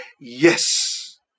yes